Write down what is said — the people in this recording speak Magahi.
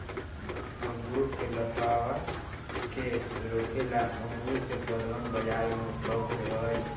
अंगूर के लतावा के रोके ला अंगूर के पौधवन बाजार में उपलब्ध होबा हई